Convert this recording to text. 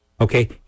Okay